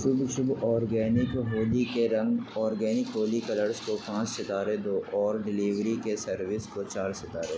شبھ شبھ اورگینک ہولی کے رنگ اورگینک ہولی کلرس کو پانچ ستارے دو اور ڈیلیوری کے سروس کو چار ستارے